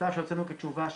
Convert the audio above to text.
מכתב שהוצאנו כתשובה,